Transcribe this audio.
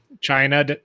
China